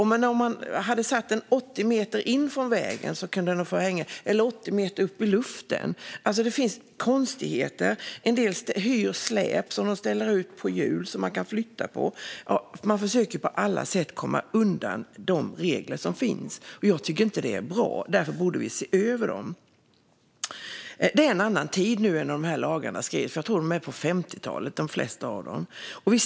Men skyltar kan stå 80 meter in från vägen eller hänga 80 meter upp i luften. Det finns konstigheter. En del hyr släp på hjul, och de kan flyttas. Man försöker på alla sätt komma undan reglerna. Det är inte bra, och därför bör de ses över. Det är en annan tid nu än när lagarna skrevs. Jag tror att de flesta är från 50-talet.